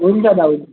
हुन्छ दा हुन्